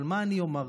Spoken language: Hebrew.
אבל מה אני אומר?